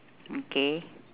okay